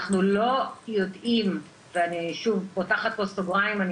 אנחנו לא יודעים ואני שוב פותחת פה סוגריים ואני